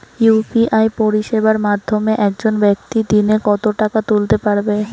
UPI পরিষেবার মাধ্যমে একজন ব্যাক্তি দিনে কত টাকা তুলতে পারবে?